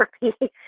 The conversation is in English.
therapy